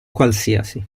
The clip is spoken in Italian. qualsiasi